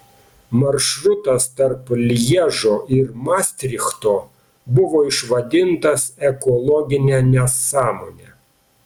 maršrutas tarp lježo ir mastrichto buvo išvadintas ekologine nesąmone